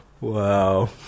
Wow